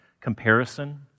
comparison